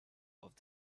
off